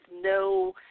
no